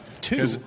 Two